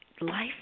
life